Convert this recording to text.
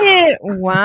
Wow